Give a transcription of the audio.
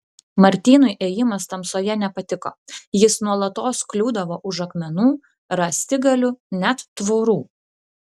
martynui ėjimas tamsoje nepatiko jis nuolatos kliūdavo už akmenų rąstigalių net tvorų